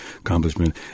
accomplishment